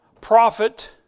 prophet